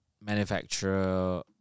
manufacturer